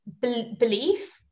belief